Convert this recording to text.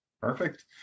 Perfect